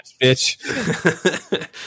bitch